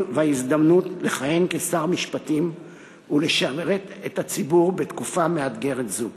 וההזדמנות לכהן כשר משפטים ולשרת את הציבור בתקופה מאתגרת זו.